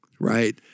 Right